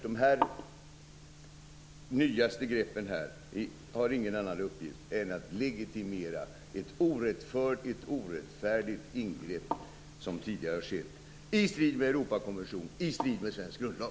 De nyaste greppen har ingen annan uppgift än att legitimera ett orättfärdigt ingrepp som tidigare har skett i strid med Europakonventionen och i strid med svensk grundlag.